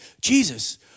Jesus